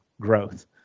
growth